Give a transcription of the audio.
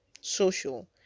social